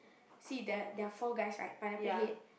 see the there are four guys right Pineapple Head